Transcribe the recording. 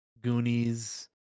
Goonies